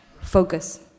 Focus